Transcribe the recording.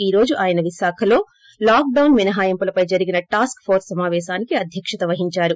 ఈ రోజు ఆయన విశాఖలో లాక్ డౌస్ మినహాయింపులపై జరిగిన టాస్క్ ఫోర్స్ సమావేశానికి అధ్యక్షత వహించారు